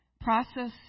Process